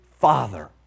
Father